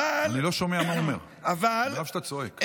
אני לא שומע מה הוא אומר, במיוחד כשאתה צועק.